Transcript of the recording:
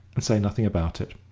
and say nothing about it.